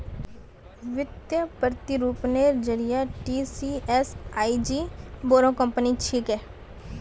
वित्तीय प्रतिरूपनेर जरिए टीसीएस आईज बोरो कंपनी छिके